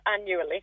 annually